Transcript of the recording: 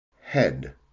head